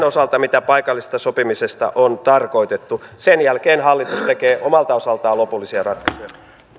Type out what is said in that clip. osalta mitä paikallisesta sopimisesta on tarkoitettu sen jälkeen hallitus tekee omalta osaltaan lopullisia ratkaisuja